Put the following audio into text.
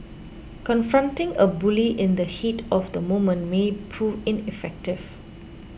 confronting a bully in the heat of the moment may prove ineffective